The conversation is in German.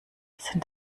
sind